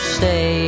say